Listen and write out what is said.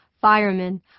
Firemen